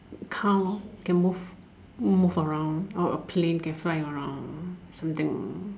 car can move move around or a plane can fly around something